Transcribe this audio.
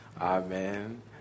Amen